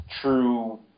true